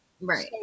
Right